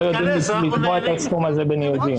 לא יודעים לקבוע את ההסכם הזה בין ייעודיים.